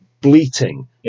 bleating